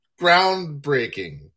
Groundbreaking